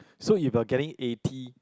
so if you're getting eighty